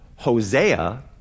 Hosea